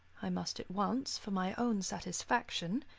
i must at once, for my own satisfaction,